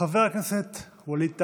חבר הכנסת ווליד טאהא,